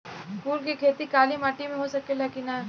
फूल के खेती काली माटी में हो सकेला की ना?